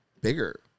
bigger